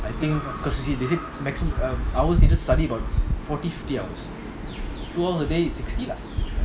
I think cause you see they say maximum err hours needed to study about forty fifty hours two hours a day is sixty lah